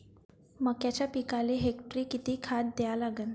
मक्याच्या पिकाले हेक्टरी किती खात द्या लागन?